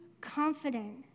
confident